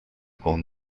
con